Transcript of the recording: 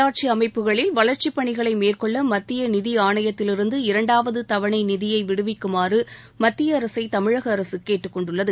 உள்ளாட்சி அமைப்புகளில் வளர்ச்சிப் பணிகளை மேற்கொள்ள மக்கிய மிகி ஆணையத்திலிருந்து இரண்டாவது தவணை நிதியை விடுவிக்குமாறு மத்திய அரசை தமிழக அரசு கேட்டுக் கொண்டுள்ளது